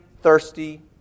thirsty